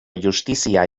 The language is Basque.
justizia